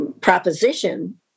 proposition